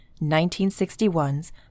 1961's